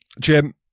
Jim